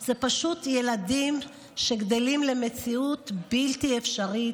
זה פשוט ילדים שגדלים למציאות בלתי אפשרית,